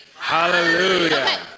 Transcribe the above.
Hallelujah